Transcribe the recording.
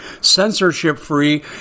censorship-free